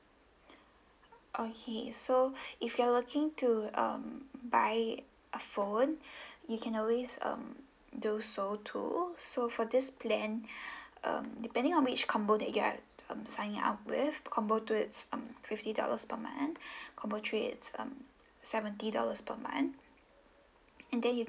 okay so if you're looking to um buy a phone you can always um do so too so for this plan um depending on which combo that you get uh um sign up with combo two is um fifty dollars per month combo three is um seventy dollars per month and then you